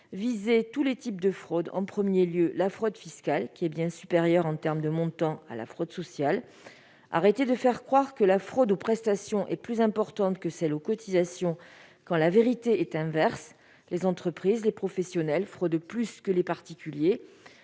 viser tous les types de fraudes, en premier lieu la fraude fiscale, qui est bien supérieure en termes de montants à la fraude sociale. Cessons de faire croire que la fraude aux prestations est plus importante que la fraude aux cotisations. C'est l'inverse qui est vrai : les entreprises et les professionnels fraudent plus que les particuliers.